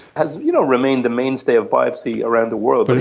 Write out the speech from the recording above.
has you know remained the mainstay of biopsy around the world. but